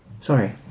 Sorry